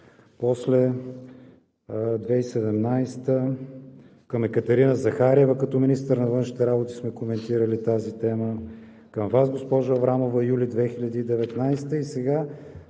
после 2017 г. с Екатерина Захариева като министър на външните работи сме коментирали тази тема; към Вас, госпожо Аврамова, юли месец